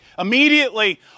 Immediately